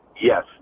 Yes